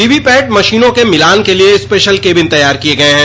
VVPAT मशीनों के भिलान के लिए स्पेशल कोबिन तैयार किये गये हैं